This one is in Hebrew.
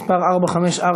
מס' 454,